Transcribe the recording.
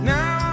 Now